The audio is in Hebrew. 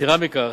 יתירה מכך,